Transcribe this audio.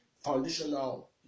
foundational